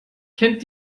kennt